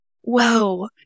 whoa